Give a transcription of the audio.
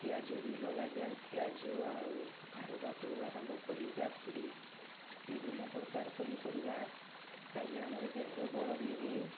ପିଆଜ ବି ଲଗାଯାଏ ପିଆଜ ଆଳୁ କଖାରୁ ପାଖରୁ ଆରମ୍ଭ କରି କାକୁଡ଼ି ବିଭିନ୍ନ ପ୍ରକାର ପନିପରିବା ଖାଇଲେ ଆମର ଦେହର ବଳ ବି ହୁଏ